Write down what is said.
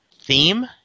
theme